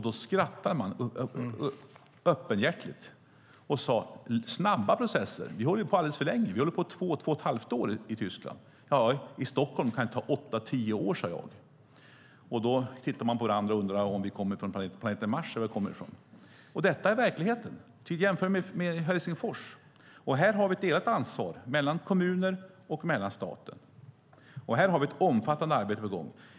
Då skrattade man öppenhjärtigt och sade: - Snabba processer? Vi håller på alldeles för länge. Vi håller på i två till två och ett halvt år i Tyskland. - I Stockholm kan det ta åtta eller tio år, sade jag. Då tittade man på varandra och undrade om vi kommer från planeten Mars eller varifrån vi kommer. Men detta är verkligheten. Man kan jämföra med Helsingfors. Här har vi ett delat ansvar mellan kommunerna och staten. Vi har ett omfattande arbete på gång.